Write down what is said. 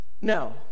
No